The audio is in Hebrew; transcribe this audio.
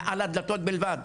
מעל הדלתות בלבד,